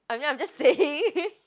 I mean I'm just saying